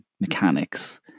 mechanics